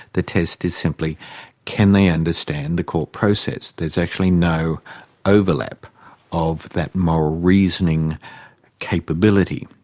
the test is simply can they understand the court process? there's actually no overlap of that moral reasoning capability.